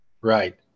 Right